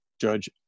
judge